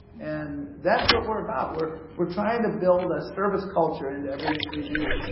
and that's what we're about, we're we're trying to build a service culture into everything we do.